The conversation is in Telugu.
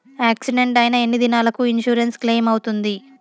యాక్సిడెంట్ అయిన ఎన్ని దినాలకు ఇన్సూరెన్సు క్లెయిమ్ అవుతుంది?